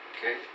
Okay